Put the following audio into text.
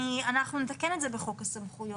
אנחנו נתקן את זה בחוק הסמכויות,